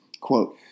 quote